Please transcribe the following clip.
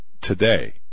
today